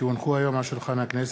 כי הונחו היום על שולחן הכנסת,